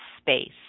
space